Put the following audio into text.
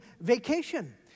vacation